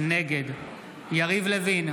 נגד יריב לוין,